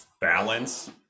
balance